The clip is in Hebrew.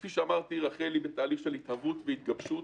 כפי שאמרתי, רח"ל היא בתהליך של התהוות והתגבשות.